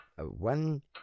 One